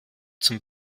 zum